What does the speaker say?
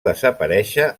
desaparèixer